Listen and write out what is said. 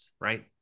right